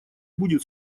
будет